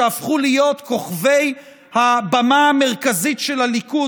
שהפכו להיות כוכבי הבמה המרכזית של הליכוד,